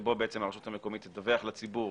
שבו הרשות המקומית תדווח לציבור